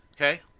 Okay